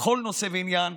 בכל נושא ועניין,